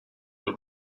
will